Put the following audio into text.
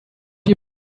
you